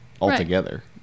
altogether